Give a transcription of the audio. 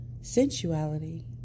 sensuality